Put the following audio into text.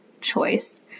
choice